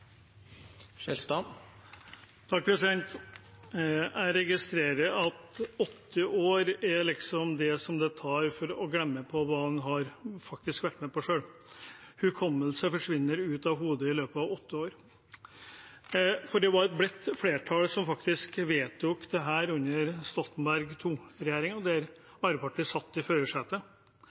Jeg registrerer at det tar åtte år å glemme det en faktisk har vært med på selv. Hukommelsen forsvinner ut av hodet i løpet av åtte år. For det var et bredt flertall som faktisk vedtok dette under Stoltenberg II-regjeringen, der Arbeiderpartiet satt i førersetet.